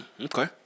Okay